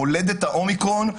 מולדת האומיקרון,